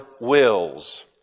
wills